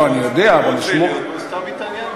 סתם התעניינתי.